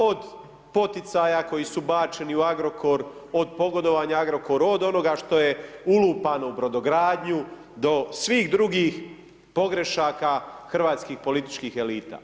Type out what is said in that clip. Od poticaja koji su bačeni u Agrokor, od pogodovanja Agrokoru, od onoga što je ulupano u brodogradnju do svih drugih pogrešaka hrvatskih političkih elita.